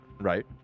right